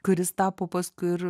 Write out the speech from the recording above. kuris tapo paskui ir